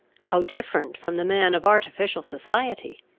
how different from the man of artificial society!